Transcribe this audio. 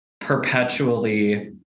perpetually